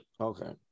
Okay